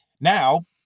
Now